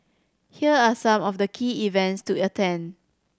here are some of the key events to attend